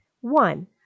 One